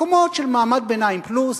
מקומות של מעמד ביניים פלוס,